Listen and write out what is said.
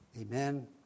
Amen